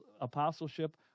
apostleship